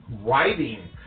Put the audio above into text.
writing